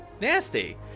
nasty